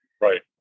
Right